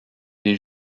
des